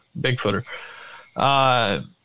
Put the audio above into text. Bigfooter